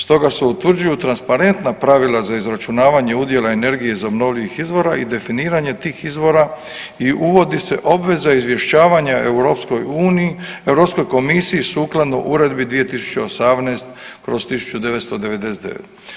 Stoga se utvrđuju transparentna pravila za izračunavanje udjela energije iz obnovljivih izvora i definiranje tih izvora i uvodi se obveza izvješćavanja EU, Europskoj komisiji sukladno Uredbi 2018/1999.